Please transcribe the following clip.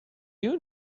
you